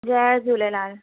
Jay Jhulelal